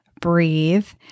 breathe